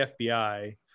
fbi